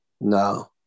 No